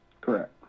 Correct